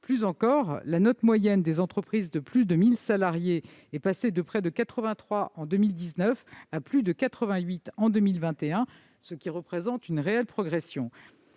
85. Mieux, la note moyenne des entreprises de plus de 1 000 salariés est passée de presque 83 en 2019 à plus de 88 en 2021, ce qui représente une réelle progression.